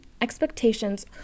Expectations